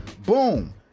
Boom